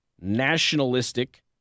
nationalistic